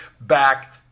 back